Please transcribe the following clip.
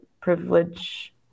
privilege